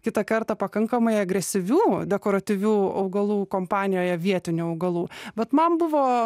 kitą kartą pakankamai agresyvių dekoratyvių augalų kompanijoje vietinių augalų vat man buvo